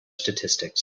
statistics